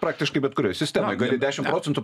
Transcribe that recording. praktiškai bet kurioj sistemoj gali dešim procentų